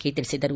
K ತಿಳಿಸಿದರು